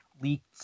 leaked